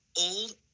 old